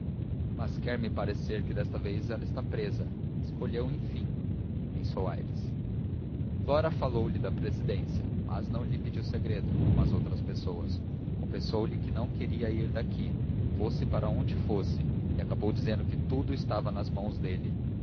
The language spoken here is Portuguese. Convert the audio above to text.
mas quer-me parecer que desta vez ela está presa escolheu enfim pensou aires flora falou-lhe da presidência mas não lhe pediu segredo como as outras pessoas confessou-lhe que não queria ir daqui fosse para onde fosse e acabou dizendo que tudo estava nas mãos dele